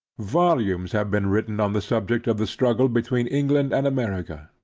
volumes have been written on the subject of the struggle between england and america.